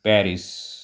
Paris